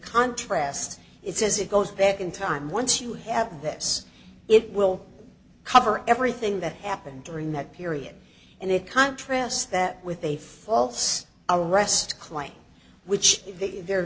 contrast it says it goes back in time once you have this it will cover everything that happened during that period and it contrasts that with a false arrest claim which there